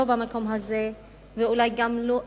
בחרתי לדבר היום על מצבן של האסירות